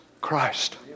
Christ